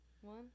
One